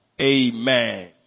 Amen